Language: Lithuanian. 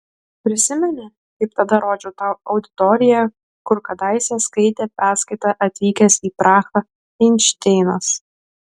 prisimeni kaip tada rodžiau tau auditoriją kur kadaise skaitė paskaitą atvykęs į prahą einšteinas